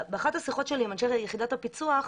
באחת השיחות שלי עם אנשי יחידת הפיצו"ח,